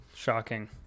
Shocking